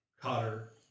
Cotter